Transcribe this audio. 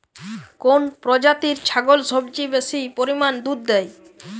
কোন প্রজাতির ছাগল সবচেয়ে বেশি পরিমাণ দুধ দেয়?